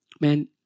Man